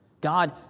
God